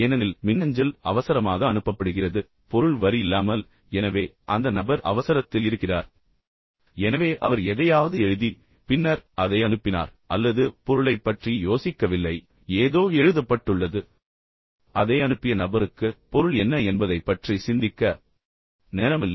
ஏனெனில் மின்னஞ்சல் அவசரமாக அனுப்பப்படுகிறது பொருள் வரி இல்லாமல் எனவே அந்த நபர் அவசரத்தில் இருக்கிறார் எனவே அவர் எதையாவது எழுதி பின்னர் அதை அனுப்பினார் அல்லது பொருளை பற்றி யோசிக்கவில்லை ஏதோ எழுதப்பட்டுள்ளது ஆனால் அதை அனுப்பிய நபருக்கு பொருள் என்ன என்பதைப் பற்றி சிந்திக்க நேரம் இல்லை